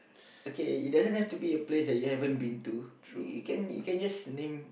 okay it doesn't have to be a place that you haven't been to you can you can just name